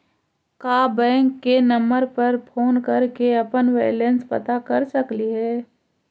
का बैंक के नंबर पर फोन कर के अपन बैलेंस पता कर सकली हे?